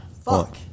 Fuck